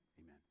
Amen